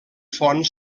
font